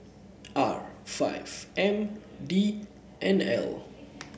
R five M D N L